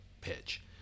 pitch